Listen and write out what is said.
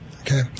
Okay